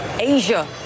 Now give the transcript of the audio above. Asia